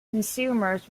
consumers